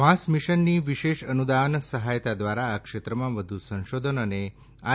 વાંસ મિશનની વિશેષ અનુદાન સહાયતા દ્વારા આ ક્ષેત્રમાં વધુ સંશોધન માટે આઇ